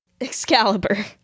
Excalibur